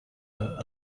were